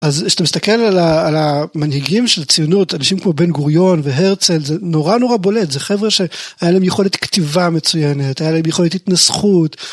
אז כשאתה מסתכל על המנהיגים של הציונות, אנשים כמו בן גוריון והרצל, זה נורא נורא בולט, זה חבר'ה שהיה להם יכולת כתיבה מצוינת, היה להם יכולת התנסחות.